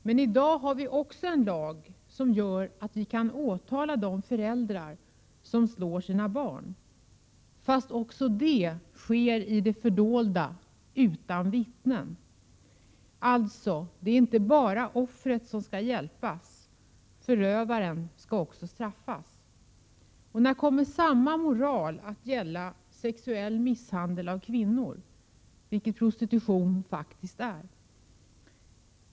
Men i dag har vi också en lag som gör att vi kan åtala de föräldrar som slår sina barn — fast också det sker i det fördolda, utan vittnen. Alltså: Det är inte bara offret som skall hjälpas. Förövaren skall också straffas. När kommer samma moral att gälla sexuell misshandel av kvinnor — vilket prostitution faktiskt är?